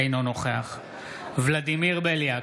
אינו נוכח ולדימיר בליאק,